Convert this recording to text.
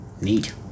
Neat